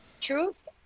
truth